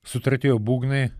sutratėjo būgnai